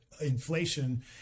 inflation